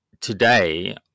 today